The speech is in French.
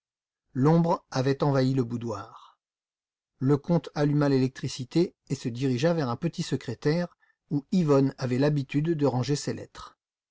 l'ombre avait envahi le boudoir le comte alluma l'électricité et se dirigea vers un petit secrétaire où yvonne avait l'habitude de ranger ses lettres